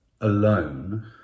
alone